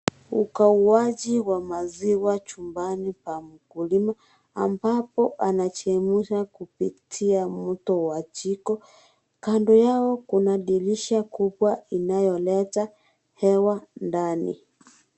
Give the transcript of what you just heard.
Ukaguaji wa maziwa chumbani pa mkulima ambapo anachemsha kupitia mto wa jiko, kando yao kuna dirisha kubwa inayoleta hewa ndani.